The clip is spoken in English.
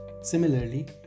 Similarly